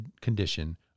condition